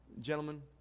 Gentlemen